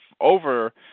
over